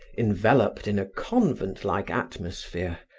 enveloped in a convent-like atmosphere,